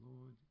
Lord